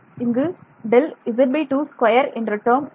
இதற்கு Δz22 என்ற டேர்ம் உள்ளது